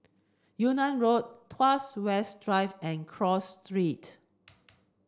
Yunnan Road Tuas West Drive and Cross Street